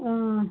ம்